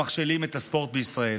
שמכשילים את הספורט בישראל.